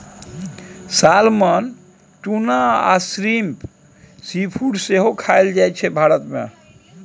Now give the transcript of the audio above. salmon, tuna आ shrimp seafood सेहो खाएल जाइ छै भारत मे